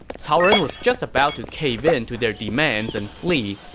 cao ren was just about to cave in to their demands and flee,